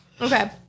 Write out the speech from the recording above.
Okay